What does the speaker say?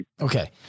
Okay